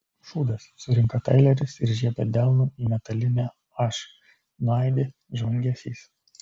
šūdas surinka taileris ir žiebia delnu į metalinę h nuaidi žvangesys